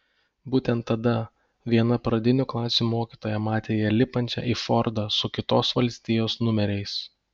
būtent tada viena pradinių klasių mokytoja matė ją lipančią į fordą su kitos valstijos numeriais